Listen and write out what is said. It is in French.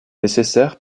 nécessaire